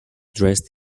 dressed